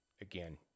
Again